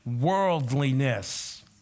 worldliness